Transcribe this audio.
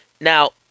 Now